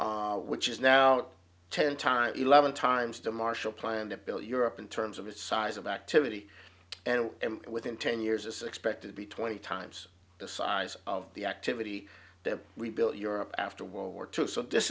road which is now ten times eleven times the marshall plan the bill europe in terms of its size of activity and within ten years is expected to be twenty times the size of the activity that we built europe after world war two so this